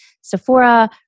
Sephora